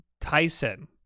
Tyson